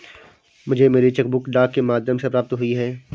मुझे मेरी cheque book डाक के माध्यम से प्राप्त हुई है